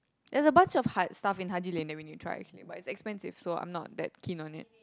there's a bunch of hype stuff in Haji-Lane that we need to try but it's expensive so I'm not that keen on it